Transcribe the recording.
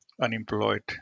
unemployed